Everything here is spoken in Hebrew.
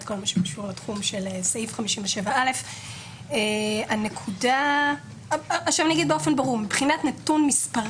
את כל מה שקשור לתחום של סעיף 75א. מבחינת נתון מספרי,